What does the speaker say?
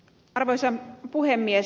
arvoisa puhemies